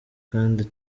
kandi